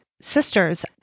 sisters